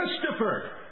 Christopher